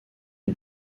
une